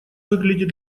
выглядит